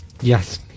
Yes